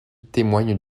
témoigne